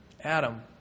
Adam